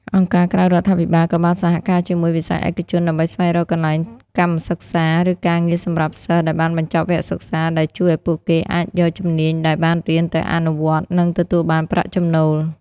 អង្គការក្រៅរដ្ឋាភិបាលក៏បានសហការជាមួយវិស័យឯកជន ដើម្បីស្វែងរកកន្លែងកម្មសិក្សា ឬការងារសម្រាប់សិស្សដែលបានបញ្ចប់វគ្គសិក្សា ដែលជួយឱ្យពួកគេអាចយកជំនាញដែលបានរៀនទៅអនុវត្ត និងទទួលបានប្រាក់ចំណូល។